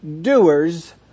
doers